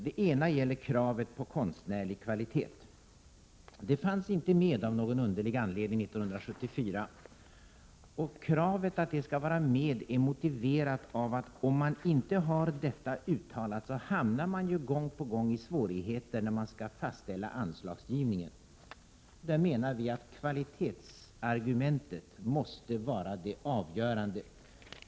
Det ena gäller kravet på konstnärlig kvalitet. Detta mål fanns av någon underlig anledning inte med 1974. Kravet på att detta skall finnas med motiveras av att om vi inte har detta klart uttalat, hamnar man gång på gång i svårigheter när man skall fastställa anslagsgivningen. Kvalitetsargumentet måste vara det avgörande.